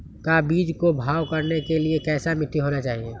का बीज को भाव करने के लिए कैसा मिट्टी होना चाहिए?